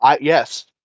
Yes